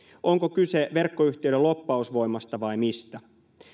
onko kyse verkkoyhtiöiden lobbausvoimasta vai mistä